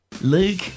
Luke